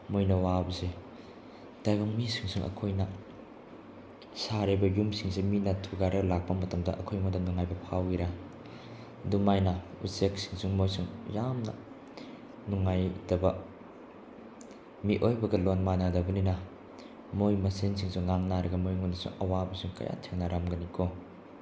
ꯃꯣꯏꯅ ꯋꯥꯕꯁꯦ ꯇꯥꯏꯕꯪ ꯃꯤꯁꯤꯡꯁꯨ ꯑꯩꯈꯣꯏꯅ ꯁꯥꯔꯤꯕ ꯌꯨꯝꯁꯤꯡꯁꯦ ꯃꯤꯅ ꯊꯨꯒꯥꯏꯔ ꯂꯥꯛꯄ ꯃꯇꯝꯗ ꯑꯩꯈꯣꯏ ꯃꯣꯏꯗ ꯅꯨꯡꯉꯥꯏꯕ ꯐꯥꯎꯒꯔ ꯑꯗꯨꯃꯥꯏꯅ ꯎꯆꯦꯛꯁꯤꯡꯁꯨ ꯃꯣꯏꯁꯨ ꯌꯥꯝꯅ ꯅꯨꯡꯉꯥꯏꯇꯕ ꯃꯤꯑꯣꯏꯕꯒ ꯂꯣꯟ ꯃꯥꯟꯅꯗꯕꯅꯤꯅ ꯃꯣꯏ ꯃꯁꯦꯟꯁꯤꯡꯁꯨ ꯉꯥꯡꯅꯔꯒ ꯃꯣꯏꯉꯣꯟꯗꯁꯨ ꯑꯋꯥꯕꯁꯨ ꯀꯌꯥ ꯊꯦꯡꯅꯔꯝꯒꯅꯤꯀꯣ